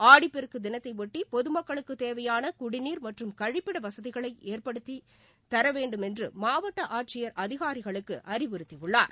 ஆடிப்பெருக்குதினத்தையொட்டிபொதுமக்களுக்குத் தேவையானகுடநீர் மற்றும் கழிப்பிடவசதிகளைஏற்படுத்தித்தரவேண்டுமென்றுமாவட்டஆட்சியர் அதிகாரிகளுக்குஅறிவுறுத்தியுள்ளார்